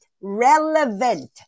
relevant